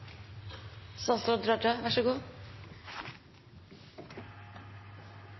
Statsråd Raja var så